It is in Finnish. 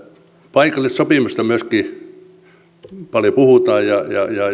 myöskin paikallisesta sopimisesta paljon puhutaan ja